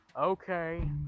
okay